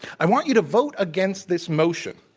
i want you to vote against this motion,